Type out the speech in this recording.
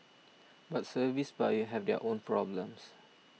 but service buyers have their own problems